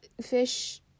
fish